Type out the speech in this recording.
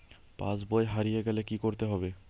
পাশবই হারিয়ে গেলে কি করতে হবে?